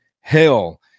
hell